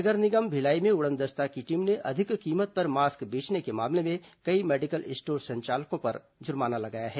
नगर निगम भिलाई में उड़नदस्ता की टीम ने अधिक कीमत पर मास्क बेचने के मामले में कई मेडिकल स्टोर संचालकों पर जुर्माना लगाया है